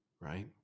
right